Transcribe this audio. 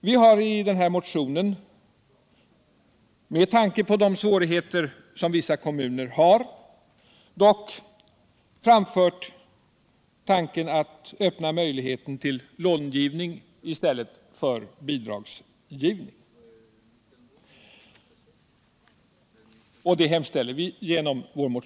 Vi har i motionen 193 — med tanke på de svårigheter som vissa kommuner har — framfört tanken på långivning i stället för bidragsgivning.